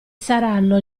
saranno